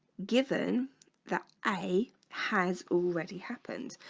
given that a has already happened,